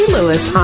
Lewis